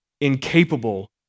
incapable